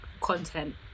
content